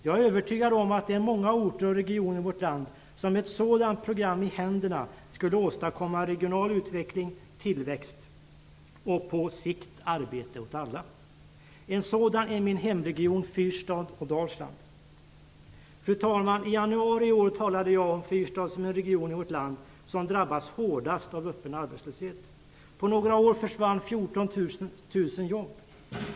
Jag är övertygad om att det är många orter och regioner i vårt land som med ett sådant program i händerna skulle åstadkomma regional utveckling, tillväxt och på sikt arbete åt alla. En sådan är min egen hemregion fyrstad och Dalsland. Fru talman! I januari i år talade jag om fyrstad som en region i vårt land som drabbats hårdast av öppen arbetslöshet. På några år försvann 14 000 jobb.